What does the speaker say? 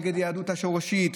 נגד היהדות השורשית,